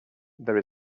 there